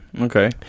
Okay